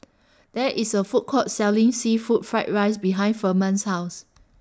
There IS A Food Court Selling Seafood Fried Rice behind Ferman's House